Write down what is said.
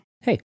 Hey